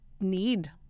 need